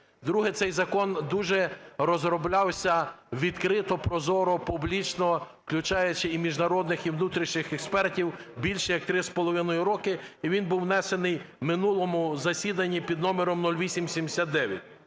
Друге. Цей закон дуже розроблявся відкрито, прозоро, публічно, включаючи і міжнародних, і внутрішніх експертів, більше як три з половиною років. І він був внесений в минулому засіданні під номером 0879.